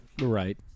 right